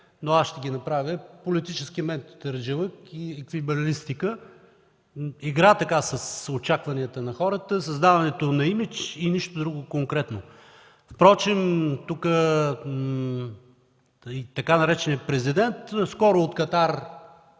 но аз ще ги направя – политически ментарджилък и еквилибристика, игра с очакванията на хората, създаването на имидж и нищо друго конкретно. Впрочем и така нареченият „президент” скоро от Катар